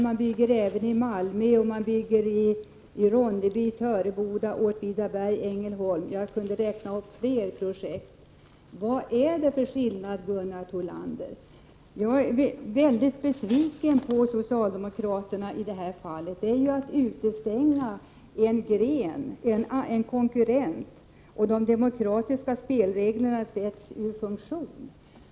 Man bygger även i Malmö, Ronneby, Töreboda, Åtvidaberg och Ängelholm, och jag skulle kunna räkna upp fler projekt. Vad är det för skillnad, Gunnar Thollander? Jag är mycket besviken på socialdemokraterna i det här fallet. Detta innebär ju att man utestänger en konkurrent, och de demokratiska spelreglerna sätts ur funktion.